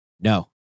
No